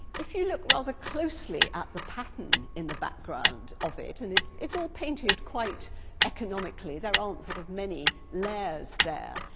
if you look rather closely at the pattern in the background of it, and it's it's all painted quite economically, there aren't sort of many layers there,